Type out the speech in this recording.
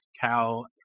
Cal